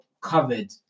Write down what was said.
covered